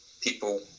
people